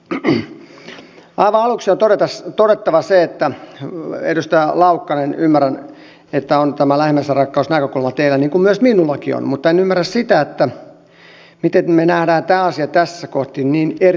aivan aluksi on todettava se edustaja laukkanen että ymmärrän että teillä on tämä lähimmäisenrakkausnäkökulma niin kuin myös minullakin on mutta en ymmärrä sitä miten me näemme tämän asian tässä kohti niin eri tavalla